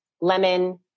lemon